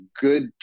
good